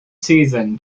season